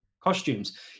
costumes